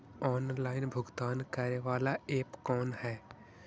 Online भुगतान करे बाला ऐप कौन है?